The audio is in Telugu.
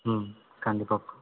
కందిపప్పు